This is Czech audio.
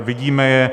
Vidíme je.